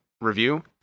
review